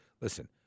listen